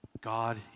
God